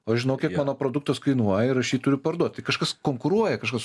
o žinokit mano produktas kainuoja ir aš jį turiu parduoti kažkas konkuruoja kažkas